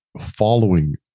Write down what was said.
following